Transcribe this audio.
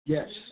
Yes